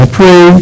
pray